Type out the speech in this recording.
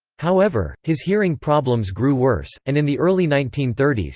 however, his hearing problems grew worse, and in the early nineteen thirty s,